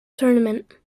tournament